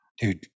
Dude